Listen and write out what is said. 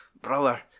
brother